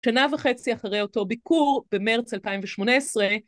שנה וחצי אחרי אותו ביקור, במרץ 2018.